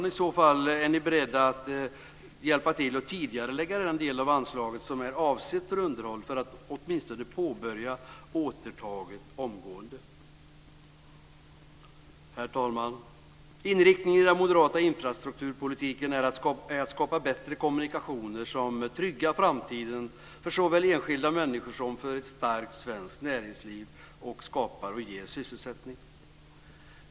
Är ni i så fall beredda att hjälpa till att tidigarelägga den del av anslaget som är avsett för underhåll för att åtminstone påbörja återtaget omgående? Herr talman! Inriktningen i den moderata infrastrukturpolitiken är att skapa bättre kommunikationer som dels tryggar framtiden för såväl enskilda människor som för ett starkt svenskt näringsliv, dels skapar och ger sysselsättning.